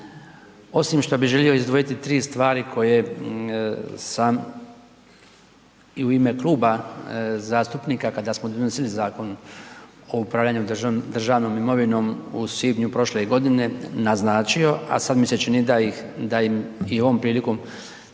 osim što bih želio izdvojiti 3 stvari koje sam i u ime kluba zastupnika kada smo donosili Zakon o upravljanju državnom imovinom u svibnju prošle godine naznačio, a sada mi se čini da im i ovom prilikom